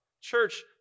Church